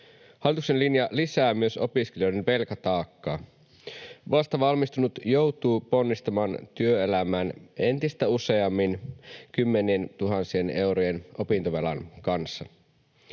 Hallituksen linja lisää myös opiskelijoiden velkataakkaa. Vastavalmistunut joutuu ponnistamaan työelämään entistä useammin kymmenientuhansien eurojen opintovelan kanssa.